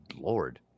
Lord